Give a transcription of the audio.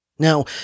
Now